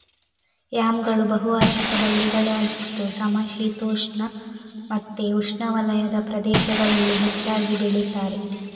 ಯಾಮ್ಗಳು ಬಹು ವಾರ್ಷಿಕ ಬಳ್ಳಿಗಳಾಗಿದ್ದು ಸಮಶೀತೋಷ್ಣ ಮತ್ತೆ ಉಷ್ಣವಲಯದ ಪ್ರದೇಶಗಳಲ್ಲಿ ಹೆಚ್ಚಾಗಿ ಬೆಳೀತಾರೆ